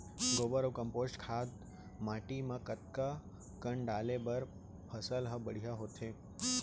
गोबर अऊ कम्पोस्ट खाद माटी म कतका कन डाले बर फसल ह बढ़िया होथे?